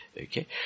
Okay